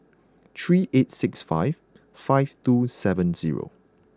three eight six five five two seven zero